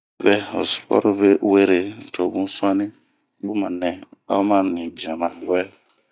Un vɛ o sipɔri were a bn suani, bun ma nɛ a o ma nibian ma miwɛ.